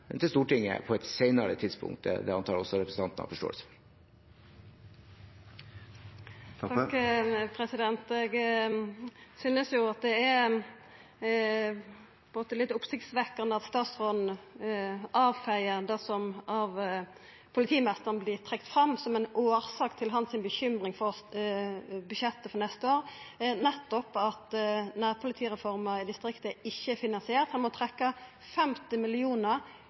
Stortinget med på et senere tidspunkt. Det antar jeg representanten har forståelse for. Eg synest det er litt oppsiktsvekkjande at statsråden avfeiar det som av politimeisteren vert trekt fram som ei årsak til bekymring for budsjettet for neste år, nettopp at nærpolitireforma i distriktet ikkje er finansiert. Han må trekkja 50